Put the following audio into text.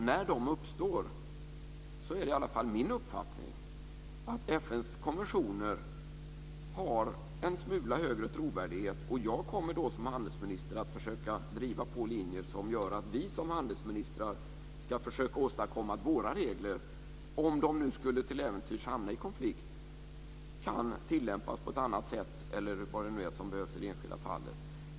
När de uppstår är det i alla fall min uppfattning att FN:s konventioner har en smula högre trovärdighet. Jag kommer att driva linjen att vi som handelsministrar ska försöka åstadkomma att våra regler, om de nu till äventyrs skulle hamna i konflikt, kan tillämpas på ett annat sätt eller vad det nu är som behövs i det enskilda fallet.